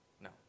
No